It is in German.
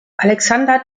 alexander